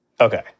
Okay